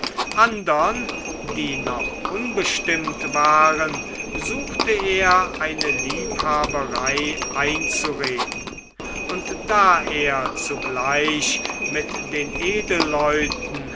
andern die noch unbestimmt waren suchte er eine liebhaberei einzureden und da er zugleich mit den